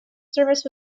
service